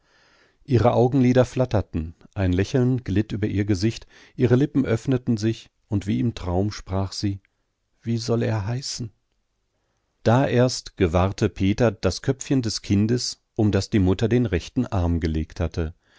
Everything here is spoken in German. ihre augenlider flatterten ein lächeln glitt über ihr gesicht ihre lippen öffneten sich und wie im traum sprach sie wie soll er heißen da erst gewahrte peter das köpfchen des kindes um das die mutter den rechten arm gelegt hatte